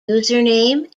username